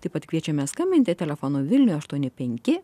taip pat kviečiame skambinti telefonu vilniuje aštuoni penki